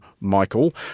Michael